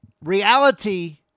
reality